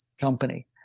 company